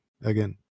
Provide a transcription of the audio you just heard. again